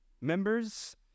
members